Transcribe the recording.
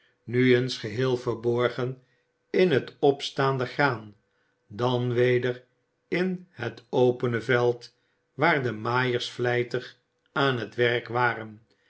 nu eens geheel verborgen in het opstaande graan dan weder in het opene veld waar de maaiers vlijtig aan het werk waren